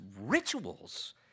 rituals